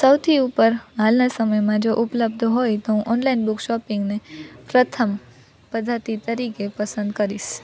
સૌથી ઉપર હાલના સમયમાં જો ઉપલબ્ધ હોય તો હું ઓનલાઇન બુક શોપિંગને પ્રથમ પદ્ધતિ તરીકે પસંદ કરીશ